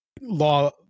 law